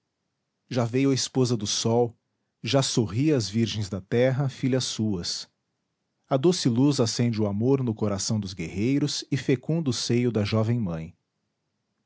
já veio a esposa do sol já sorri as virgens da terra filhas suas a doce luz acende o amor no coração dos guerreiros e fecunda o seio da jovem mãe